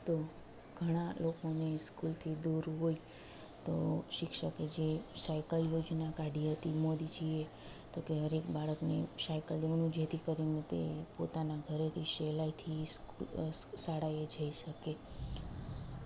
તો ઘણા લોકોને સ્કૂલથી દૂર હોય તો શિક્ષકે જે સાયકલ યોજના કાઢી હતી મોદીજી એ તો કે હર એક બાળકને સાયકલનું કે જેથી કરીને તે પોતાના ઘરેથી સહેલાઇથી શાળાએ જઈ શકે